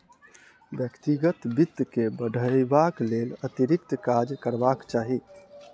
व्यक्तिगत वित्त के बढ़यबाक लेल अतिरिक्त काज करबाक चाही